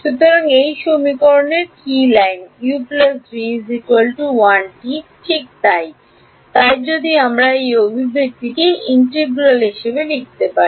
সুতরাং এই সমীকরণ কি লাইন u v 1 টি ঠিক তাই যদি আমি এই অভিব্যক্তিটি ইন্টিগ্রাল হিসাবে লিখতে পারি